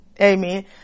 Amen